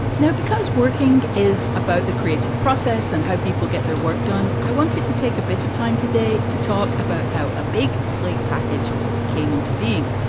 because working is about the creative process and how people get their work done. i wanted to take a bit of time today to talk about how a big sleep package came into being.